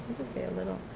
say a little.